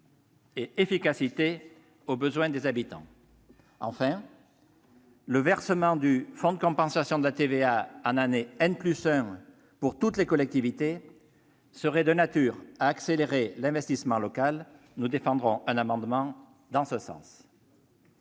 et efficacité aux besoins des habitants. Enfin, le versement du fonds de compensation pour la taxe sur la valeur ajoutée (FCTVA) en année pour toutes les collectivités serait de nature à accélérer l'investissement local. Nous défendrons un amendement en ce sens.